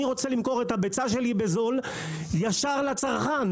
אני רוצה למכור את הביצה שלי בזול ישר לצרכן,